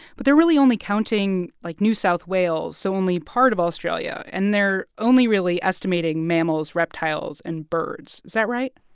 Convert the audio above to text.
but they're really only counting, like, new south wales, so only part of australia. and they're only really estimating mammals, reptiles and birds. is that right?